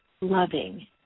loving